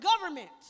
government